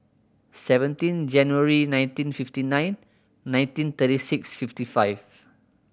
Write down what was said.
seventeen January nineteen fifty nine nineteen thirty six fifty five